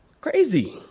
crazy